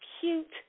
cute